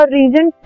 region